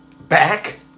Back